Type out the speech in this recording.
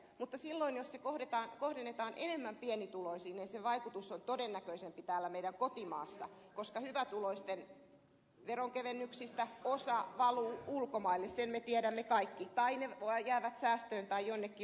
mutta silloin jos se kohdennetaan enemmän pienituloisiin sen vaikutus on todennäköisempi täällä meidän kotimaassamme koska hyvätuloisten veronkevennyksistä osa valuu ulkomaille sen me tiedämme kaikki tai ne jäävät säästöön tai jonnekin muualle